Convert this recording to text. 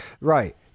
Right